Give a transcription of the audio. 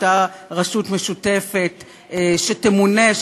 או את הרשות המשותפת שתמונה,